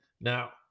Now